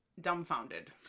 dumbfounded